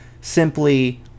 simply